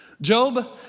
Job